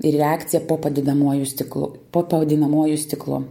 ir reakcija po padidinamuoju stiklu po padidinamuoju stiklu